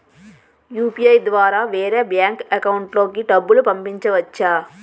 UPI ద్వారా వేరే bank account లోకి డబ్బులు పంపించవచ్చా?